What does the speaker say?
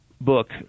book